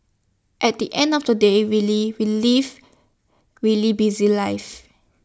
at the end of the day really we live really busy lives